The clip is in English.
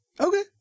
okay